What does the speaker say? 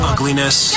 Ugliness